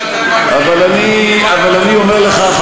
אבל אני אומר לך,